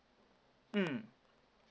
mm